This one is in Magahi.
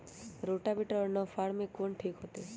रोटावेटर और नौ फ़ार में कौन ठीक होतै?